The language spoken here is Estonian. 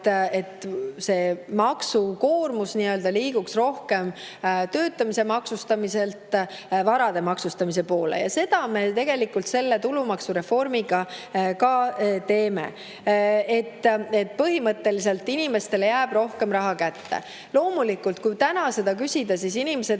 et maksukoormus liiguks rohkem töötamise maksustamiselt vara maksustamise poole. Seda me tegelikult selle tulumaksureformiga ka teeme. Põhimõtteliselt inimestele jääb rohkem raha kätte. Loomulikult, kui täna selle kohta küsida, siis inimesed